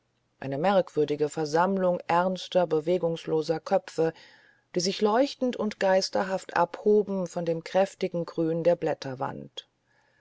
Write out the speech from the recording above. eine merkwürdige versammlung ernster bewegungsloser köpfe die sich leuchtend und geisterhaft abhoben von dem kräftigen grün der blätterwand